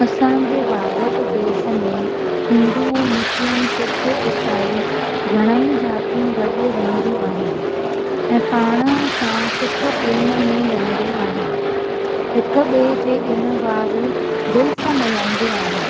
असांजे भारत देश में हिंदू मुस्लिम सिख ईसाई घणाई जातियूं गॾु रहंदियूं आहिनि ऐं पाण सां सिक प्रेम में रहंदियूं आहिनि हिक ॿिए जे ॾिणुवार दिल सां मल्हाईंदियूं आहिनि